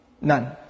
None